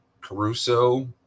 Caruso